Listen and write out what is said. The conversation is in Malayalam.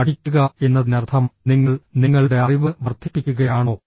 പഠിക്കുക എന്നതിനർത്ഥം നിങ്ങൾ നിങ്ങളുടെ അറിവ് വർദ്ധിപ്പിക്കുകയാണോ